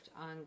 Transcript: on